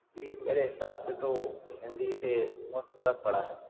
इसलिए मेरे हिसाब से तो हिन्दी से बहुत फ़र्क़ पड़ा है